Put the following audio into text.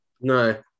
No